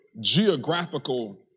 geographical